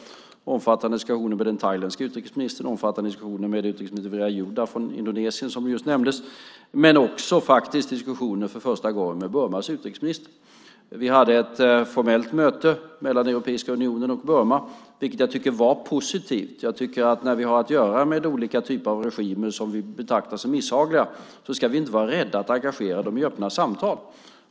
Vi hade omfattande diskussioner med den thailändske utrikesministern och med Indonesiens utrikesminister Wirajuda som nyss nämnts och faktiskt också för första gången diskussioner med Burmas utrikesminister. Vi hade ett formellt möte mellan Europeiska unionen och Burma, som jag tyckte var positivt. När vi har att göra med olika typer av regimer som vi betraktar som misshagliga ska vi inte vara rädda för att engagera dem i öppna samtal.